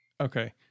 Okay